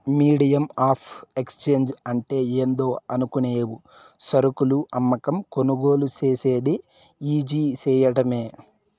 medium of exchange అంటే ఏందో అనుకునేవు సరుకులు అమ్మకం, కొనుగోలు సేసేది ఈజీ సేయడమే